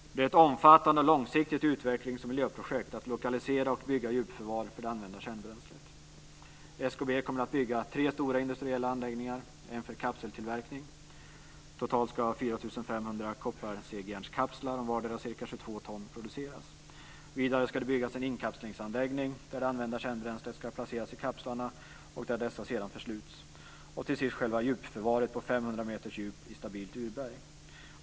Det är ett omfattande och långsiktigt utvecklingsoch miljöprojekt att lokalisera och bygga djupförvar för det använda kärnbränslet. SKB kommer att bygga tre stora industriella anläggningar, varav en för kapseltillverkning. Totalt ska 4 500 kopparsegjärnskapslar om vardera ca 22 ton produceras. Vidare ska det byggas en inkapslingsanläggning där det använda kärnbränslet ska placeras i kapslarna som sedan försluts. Till sist kommer själva djupförvaret på 500 meters djup i stabilt urberg.